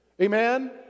amen